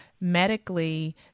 medically